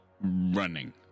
running